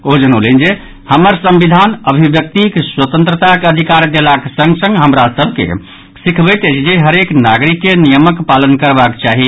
ओ जनौलनि जे हमर संविधान अभिव्यक्तिक स्वतंत्राक अधिकार देलाक संग संग हमरा सभ के सिखबैत अछि जे हरेक नागरिक के नियमक पालन करबाक चाही